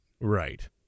Right